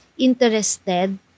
interested